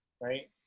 right